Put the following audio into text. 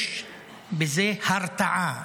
יש בזה הרתעה.